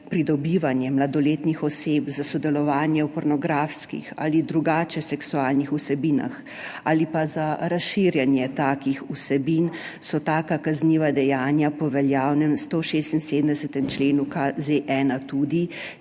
pridobivanje mladoletnih oseb za sodelovanje v pornografskih ali drugače seksualnih vsebinah ali pa za razširjanje takih vsebin, so taka kazniva dejanja po veljavnem 176. členu KZ-1, tudi